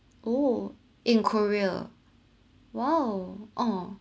oh in korea !wow! oh